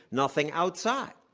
nothing outside.